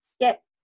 get